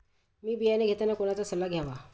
बी बियाणे घेताना कोणाचा सल्ला घ्यावा?